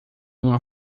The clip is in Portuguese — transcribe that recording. uma